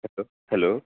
చెప్పండి హలో